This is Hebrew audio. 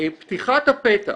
פתיחת הפתח